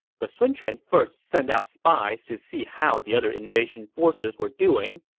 but sun quan first sent out spies to see how the other invasion forces were doing.